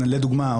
לדוגמה,